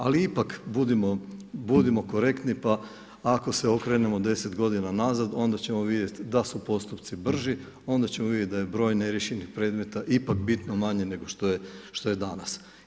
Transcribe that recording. Ali ipak budimo korektni pa ako se okrenemo 10 godina nazad onda ćemo vidjeti da su postupci brži, onda ćemo vidjeti da je broj neriješenih predmeta ipak bitno manji nego što je danas.